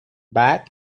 bag